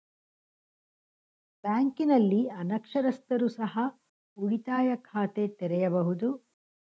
ಬ್ಯಾಂಕಿನಲ್ಲಿ ಅನಕ್ಷರಸ್ಥರು ಸಹ ಉಳಿತಾಯ ಖಾತೆ ತೆರೆಯಬಹುದು?